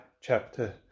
chapter